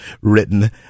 written